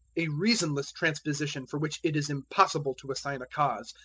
a reasonless transposition for which it is impossible to assign a cause,